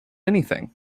anything